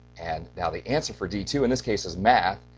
and now the answer for d two in this case is math.